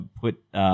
put